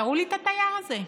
תראו לי את התייר הזה.